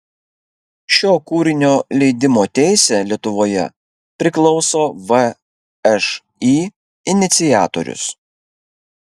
šio kūrinio leidimo teisė lietuvoje priklauso všį iniciatorius